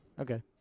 Okay